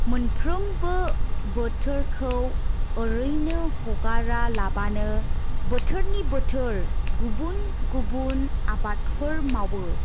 मोनफ्रोमबो बोथोरखौ ओरैनो हगारा लाबानो बोथोरनि बोथोर गुबुन गुबुन आबादफोर मावो